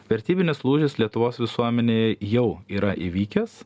vertybinis lūžis lietuvos visuomenėje jau yra įvykęs